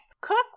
Cook